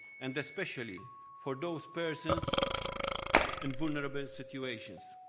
and especially for those persons and vulnerable situations.